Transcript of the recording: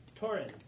Torin